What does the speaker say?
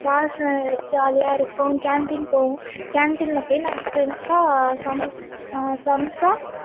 class ஜாலியாக இருக்கும் canteen போவோம் கேன்டீனில் போய் நாங்கள் ஃப்ரெண்ட்ஸாக சம்சா